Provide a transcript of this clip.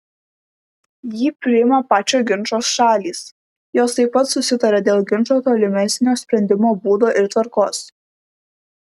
jį priima pačios ginčo šalys jos taip pat susitaria dėl ginčo tolimesnio sprendimo būdo ir tvarkos